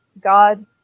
God